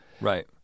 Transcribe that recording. Right